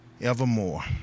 evermore